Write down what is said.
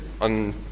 on